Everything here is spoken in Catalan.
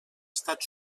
estat